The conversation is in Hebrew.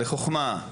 לחוכמה,